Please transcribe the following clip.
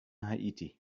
haiti